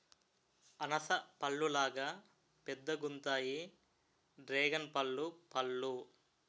అనాస పల్లులాగా పెద్దగుంతాయి డ్రేగన్పల్లు పళ్ళు